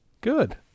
Good